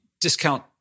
discount